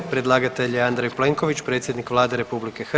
Predlagatelj je Andrej Plenković, predsjednik Vlade RH.